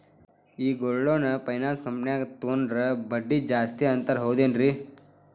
ಈ gold loan finance ಕಂಪನ್ಯಾಗ ತಗೊಂಡ್ರೆ ಬಡ್ಡಿ ಜಾಸ್ತಿ ಅಂತಾರ ಹೌದೇನ್ರಿ?